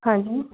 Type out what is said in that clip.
हाँ जी